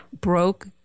broke